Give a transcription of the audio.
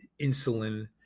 insulin